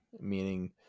meaning